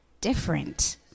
different